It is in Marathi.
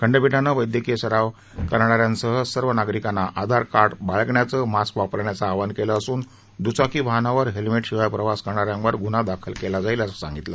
खंडपीठाने वैद्यकीय सराव करणाऱ्यासह सर्व नागरिकांना आधार कार्ड बाळगण्याचं मास्क वापरण्याचं आवाहन केलं असून द्चाकी वाहनांवर हेल्मेट शिवाय प्रवास करणाऱ्यांवर गुन्हा दाखल केला जाईलं असं सांगितलं